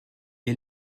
est